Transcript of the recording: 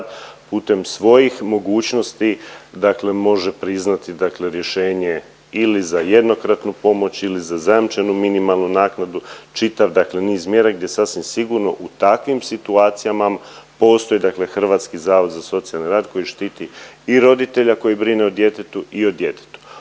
putem svojih mogućnosti može priznati rješenje ili za jednokratnu pomoć ili za zajamčenu minimalnu naknadu čitav niz mjera gdje sasvim sigurno u takvim situacijama postoje Hrvatski zavod za socijalni rad koji štiti i roditelja koji brine o djetetu i o djetetu.